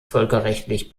völkerrechtlich